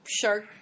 shark